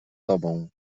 tobą